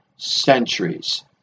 centuries